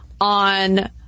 on